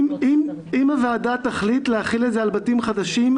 אם הוועדה תחליט להחיל את זה על בתים חדשים,